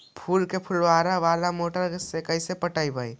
फूल के फुवारा बाला मोटर से कैसे पटइबै?